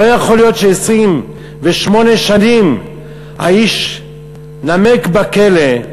לא יכול להיות ש-28 שנים האיש נמק בכלא,